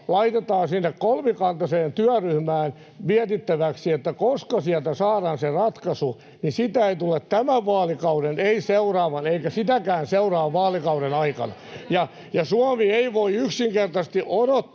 laitetaan sinne kolmikantaiseen työryhmään mietittäväksi, että koska sieltä saadaan se ratkaisu, niin sitä ei tule tämän vaalikauden, ei seuraavan eikä sitäkään seuraavan vaalikauden aikana. Suomi ei voi yksinkertaisesti odottaa